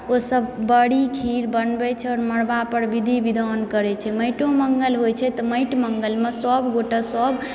ओ सब बरी खीर बनबै छै और मरबा पर बिधि बिधान करै छै माटियो मंगल होइ छै तऽ माटि मंगलमे सब गोटे सब